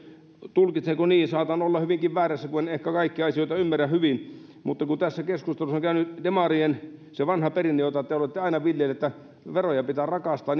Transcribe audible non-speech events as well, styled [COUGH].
tulkitsen niin saatan olla hyvinkin väärässä kun en ehkä kaikkia asioita ymmärrä hyvin että kun tässä keskustelussa on käynyt ilmi demarien se vanha perinne jota te te olette aina viljelleet että veroja pitää rakastaa [UNINTELLIGIBLE]